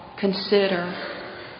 consider